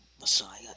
Messiah